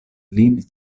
lin